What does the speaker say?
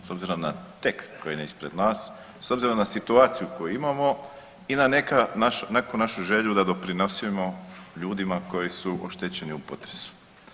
S obzirom na tekst koji je ispred nas, s obzirom na situaciju koju imamo i na neku našu želju da doprinosimo ljudima koji su oštećeni u potresu.